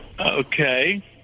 Okay